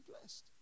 blessed